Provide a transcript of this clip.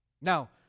Now